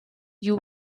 you